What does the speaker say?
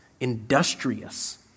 industrious